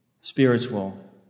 spiritual